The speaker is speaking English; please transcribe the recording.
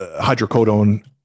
hydrocodone